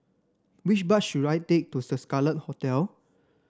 which bus should I take to The Scarlet Hotel